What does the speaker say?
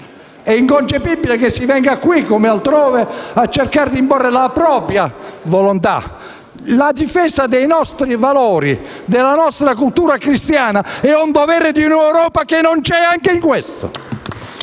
È inconcepibile che si venga qui, come altrove, a cercare di imporre la propria volontà. La difesa dei nostri valori e della nostra cultura cristiana è un dovere di un'Europa che non c'è neanche in questo.